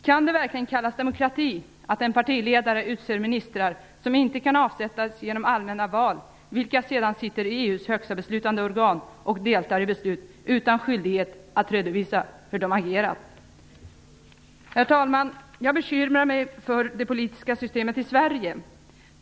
Kan det verkligen kallas demokrati att en partiledare utser ministrar som inte kan avsättas genom allmänna val, vilka sedan sitter i EU:s högsta beslutande organ och deltar i beslut utan skyldighet att redovisa hur de agerar? Herr talman! Jag bekymrar mig för det politiska systemet i Sverige.